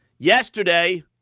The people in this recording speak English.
Yesterday